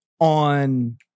on